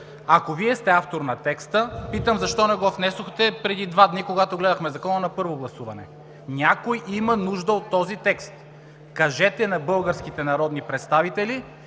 Ако Вие сте автор на текста, питам защо не го внесохте преди два дни, когато гледахме Закона на първо гласуване? Някой има нужда от този текст! Кажете на българските народни представители